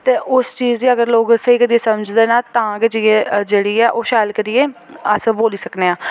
ते उस चीज़ गी अगर लोक स्हेई करियै समझदे न तां गै जेइयै जेह्ड़ी ऐ ओह् शैल करियै अस बोली सकने आं